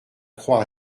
croire